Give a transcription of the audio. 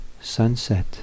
sunset